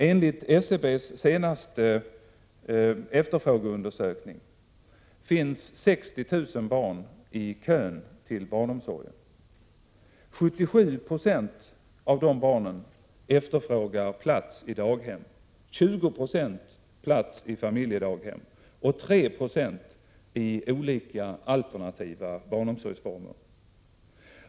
Enligt SCB:s senaste efterfrågeundersökning finns det 60 000 barnii kön till barnomsorgen. För 77 Yo av de barnen efterfrågas plats i daghem, för 20 96 plats i familjedaghem och för 3 96 plats i olika alternativa barnomsorgsformer.